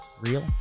Real